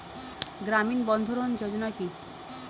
গ্রামীণ বন্ধরন যোজনা কি?